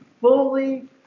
fully